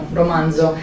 romanzo